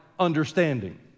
understanding